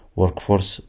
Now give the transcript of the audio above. workforce